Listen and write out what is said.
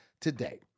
today